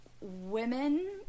women